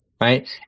right